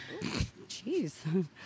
jeez